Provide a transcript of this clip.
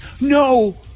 No